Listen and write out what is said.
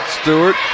Stewart